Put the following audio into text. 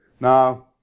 Now